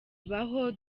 ibaho